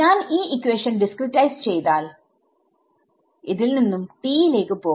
ഞാൻ ഈ equation discretise ചെയ്താൽ 0 ൽ നിന്നും t ലേക്ക് പോവും